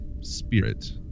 spirit